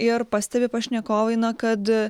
ir pastebi pašnekovai na kad